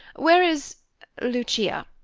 where is lucia?